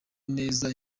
neza